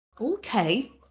Okay